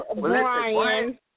Brian